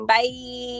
Bye